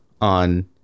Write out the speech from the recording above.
on